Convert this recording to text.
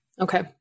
Okay